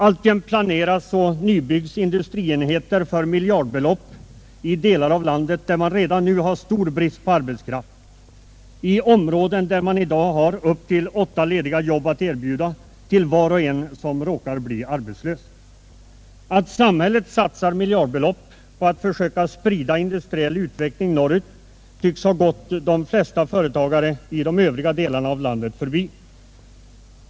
Alltjämt planeras och nybyggs industrienheter för miljardbelopp i delar av landet, där man redan nu har stor brist på arbetskraft, i områden där man i dag har upp till åtta lediga jobb att erbjuda till var och en som råkar bli arbetslös. Att samhället satsar miljardbelopp på att försöka sprida industriell utveckling norrut tycks ha gått de flesta företagare i de övriga delarna av landet förbi.